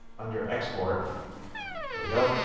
under export, here we go,